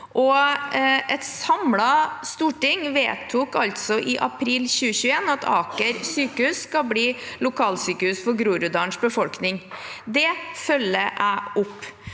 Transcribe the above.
Et samlet storting vedtok i april 2021 at Aker sykehus skal bli lokalsykehus for Groruddalens befolkning. Det følger jeg opp.